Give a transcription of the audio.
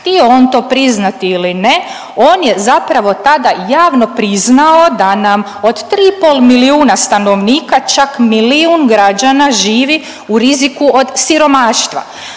htio on to priznati ili ne on je zapravo tada javno priznao da nam od 3,5 milijuna stanovnika čak milijun građana živi u riziku od siromaštva.